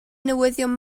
newyddion